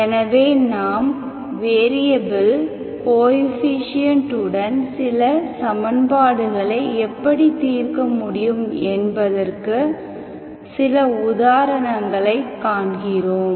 எனவே நாம் variable coefficient உடன் சில சமன்பாடுகளை எப்படி தீர்க்க முடியும் என்பதற்கு சில உதாரணங்களைக் காண்கிறோம்